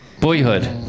Boyhood